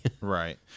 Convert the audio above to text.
right